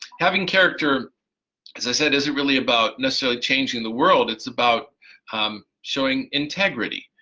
having character as i said isn't really about necessarily changing the world, it's about showing integrity.